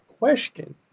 Question